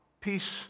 peace